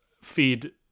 feed